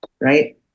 Right